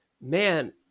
man